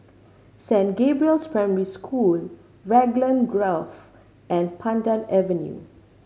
Saint Gabriel's Primary School Raglan Grove and Pandan Avenue